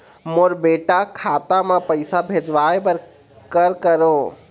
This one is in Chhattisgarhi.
मोर बेटा खाता मा पैसा भेजवाए बर कर करों?